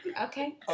Okay